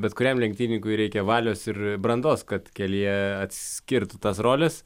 bet kuriam lenktynininkui reikia valios ir brandos kad kelyje atskirtų tas roles